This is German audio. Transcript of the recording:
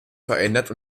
verändert